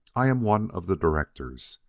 i am one of the directors,